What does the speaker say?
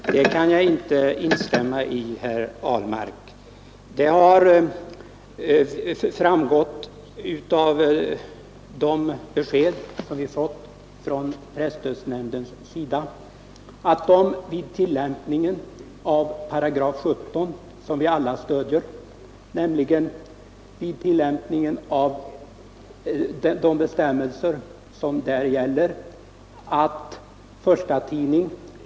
Herr talman! Det kan jag inte instämma i, herr Ahlmark. 17 § stödkungörelsen innehåller bestämmelser om att en förstatidning skall kunna erhålla bidrag då dess ekonomiska läge är jämförbart med en andratidnings.